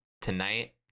tonight